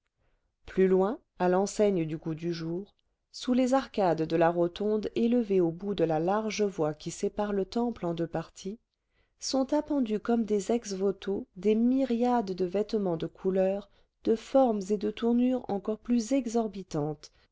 plus loin à l'enseigne du goût du jour sous les arcades de la rotonde élevée au bout de la large voie qui sépare le temple en deux parties sont appendus comme des ex-voto des myriades de vêtements de couleurs de formes et de tournures encore plus exorbitantes